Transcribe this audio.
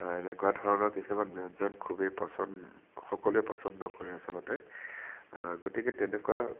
এনেকুৱা ধৰণৰ কিছুমান ব্য়ঞ্জন খুবেই পছন্দ সকলোৱে পছন্দ কৰে আচলতে গতিকে তেনেকুৱা